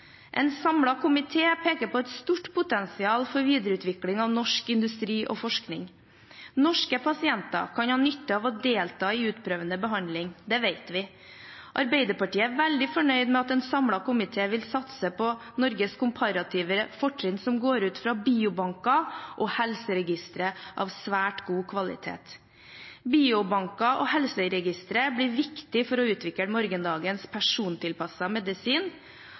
En samlet komité peker på et stort potensial for videreutvikling av norsk industri og forskning. Norske pasienter kan ha nytte av å delta i utprøvende behandling. Det vet vi. Arbeiderpartiet er veldig fornøyd med at en samlet komité vil satse på Norges komparative fortrinn som går ut fra biobanker og helseregistre av svært god kvalitet. Biobanker og helseregistre blir viktige for å utvikle morgendagens persontilpassede medisin.